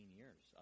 years